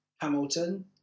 Hamilton